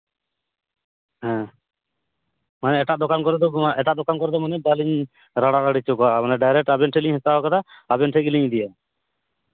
ᱦᱮᱸ ᱦᱮᱸ ᱮᱴᱟᱜ ᱫᱚᱠᱟᱱ ᱠᱚᱨᱮ ᱫᱚ ᱮᱴᱟᱜ ᱫᱚᱠᱟᱱ ᱠᱚᱨᱮ ᱫᱚ ᱩᱱᱟᱹᱜ ᱵᱟᱹᱞᱤᱧ ᱨᱟᱲᱟ ᱨᱟᱹᱲᱤ ᱦᱚᱪᱚ ᱠᱟᱣᱟ ᱢᱟᱱᱮ ᱰᱟᱭᱨᱮᱠᱴ ᱟᱵᱮᱱ ᱴᱷᱮᱡᱞᱤᱧ ᱦᱟᱛᱟᱣ ᱠᱟᱫᱟ ᱟᱵᱮᱱ ᱴᱷᱮᱡ ᱜᱮᱞᱤᱧ ᱤᱫᱤᱭᱟ